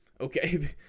Okay